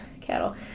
cattle